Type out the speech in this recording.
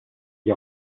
gli